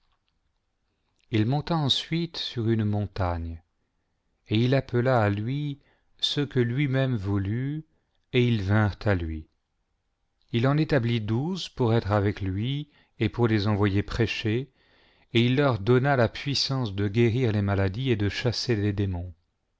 il monta ensuite sur une montagne et il appela à lui ceux que lui-même voulut et ils vinrent à lui il en établit douze pour être avec lui et pour les envoyer prêcher et il leur donna la puissance de guérir les maladies et de chasser les démons